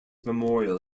memorial